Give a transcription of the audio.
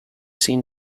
seen